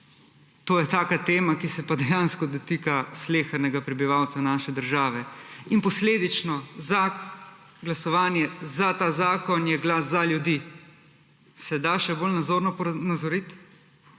To je taka tema, ki se pa dejansko dotika slehernega prebivalca naše države, in posledično pri glasovanju za ta zakon je glas za ljudi. Se da še bolj nazorno ponazoriti?